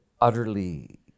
utterly